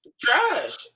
Trash